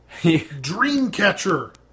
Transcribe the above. Dreamcatcher